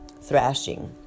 thrashing